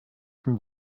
from